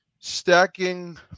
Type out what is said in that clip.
stacking